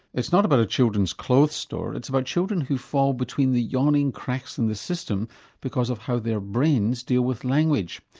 it's not about a children's clothes store, it's about children who fall between the yawning cracks in the system because of how their brains deal with language.